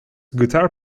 guitar